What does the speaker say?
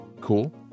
cool